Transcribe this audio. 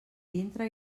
dintre